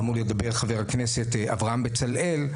אמור לדבר חבר הכנסת אברהם בצלאל,